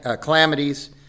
calamities